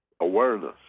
awareness